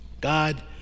God